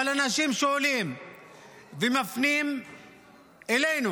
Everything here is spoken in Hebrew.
אבל אנשים שואלים ומפנים אלינו,